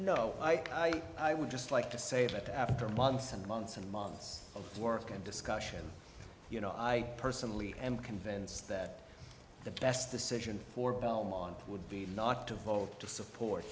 know i i would just like to say that after months and months and months of work and discussion you know i personally am convinced that the best decision for belmont would be not to vote to support